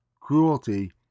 cruelty